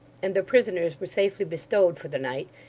and their prisoners were safely bestowed for the night,